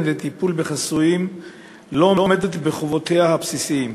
לטיפול בחסויים לא עומדת בחובותיה הבסיסיות.